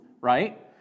right